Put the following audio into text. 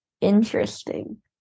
Interesting